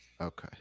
Okay